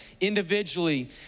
individually